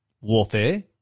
warfare